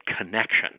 connection